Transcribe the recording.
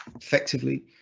effectively